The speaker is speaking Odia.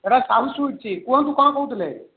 ଏଇଟା ସାହୁ ସୁଇଟ୍ସ୍ କୁହନ୍ତୁ କ'ଣ କହୁଥିଲେ